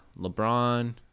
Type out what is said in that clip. LeBron